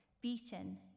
beaten